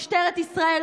משטרת ישראל,